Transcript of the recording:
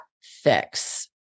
fix